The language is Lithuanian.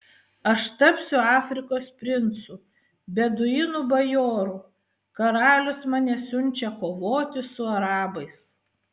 aš tapsiu afrikos princu beduinų bajoru karalius mane siunčia kovoti su arabais